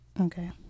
Okay